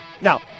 Now